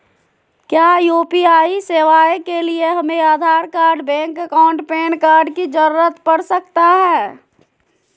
क्या यू.पी.आई सेवाएं के लिए हमें Aadhaar card bank account PAN card की जरूरत पड़ सकता है?